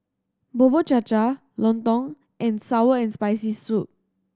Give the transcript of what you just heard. Bubur Cha Cha Lontong and Sour and Spicy Soup